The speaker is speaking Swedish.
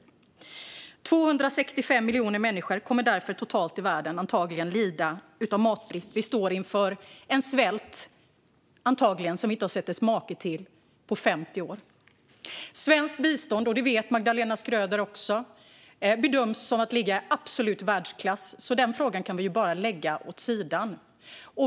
Antagligen kommer totalt 265 miljoner människor i världen att lida av matbrist. Vi står troligen inför en svält vars make vi inte sett på 50 år. Svenskt bistånd bedöms ligga i absolut världsklass, och det vet Magdalena Schröder. Den frågan kan vi bara lägga åt sidan.